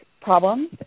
problems